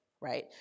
right